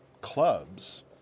clubs